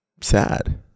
sad